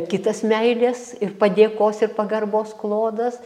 kitas meilės ir padėkos ir pagarbos klodas